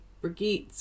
Brigitte